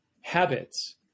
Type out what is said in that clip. habits